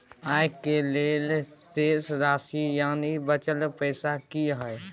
आय के लेल शेष राशि यानि बचल पैसा की हय?